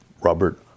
Robert